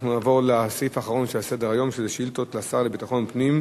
אנחנו נעבור לסעיף האחרון על סדר-היום: שאילתות לשר לביטחון פנים.